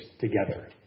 together